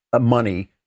money